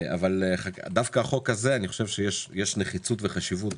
דווקא החוק הזה יש נחיצות וחשיבות